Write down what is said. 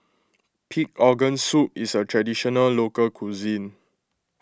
Pig Organ Soup is a Traditional Local Cuisine